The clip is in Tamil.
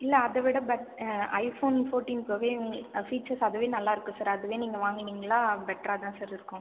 இல்லை அதைவிட பெர்ட் ஐ ஃபோன் ஃபோர்ட்டின் ப்ரோவே உங்கள் ஃப்யூச்சர்ஸ் அதுவே நல்லாருக்கும் சார் அதுவே நீங்கள் வாங்குனிங்கனா பெட்ராதான் சார் இருக்கும்